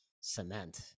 cement